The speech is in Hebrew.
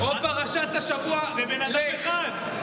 זה בן אדם אחד.